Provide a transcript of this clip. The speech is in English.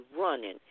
running